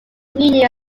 meaning